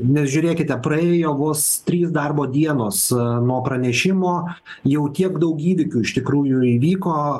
nes žiūrėkite praėjo vos trys darbo dienos nuo pranešimo jau tiek daug įvykių iš tikrųjų įvyko